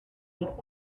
not